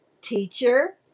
teacher